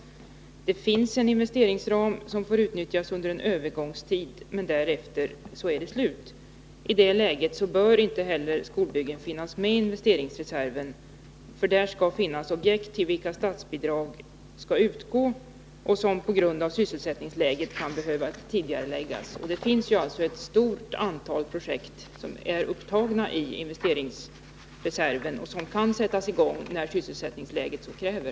Det finns en investeringsram, som får utnyttjas under en övergångstid, men därefter är det slut. I det läget bör inte heller skolbyggen finnas med i investeringsreserven. Där skall finnas objekt till vilka statsbidrag skall utgå och som på grund av sysselsättningsläget kan behöva tidigareläggas. Det finns alltså ett stort antal projekt som är upptagna i investeringsreserven och som kan sättas i gång när sysselsättningsläget så kräver.